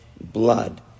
blood